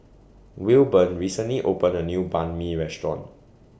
Wilburn recently opened A New Banh MI Restaurant